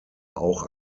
auch